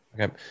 Okay